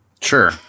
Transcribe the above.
Sure